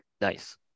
Nice